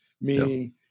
meaning